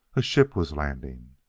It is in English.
a ship was landing.